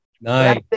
nice